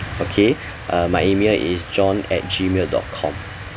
okay uh my email is john at gmail dot com